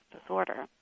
disorder